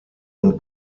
und